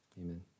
Amen